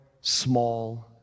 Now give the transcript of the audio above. small